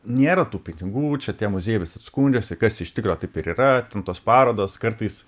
nėra tų pinigų čia tie muziejai visi skundžiasi kas iš tikro taip ir yra ten tos parodos kartais